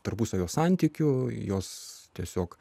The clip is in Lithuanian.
tarpusavio santykių jos tiesiog